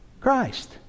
Christ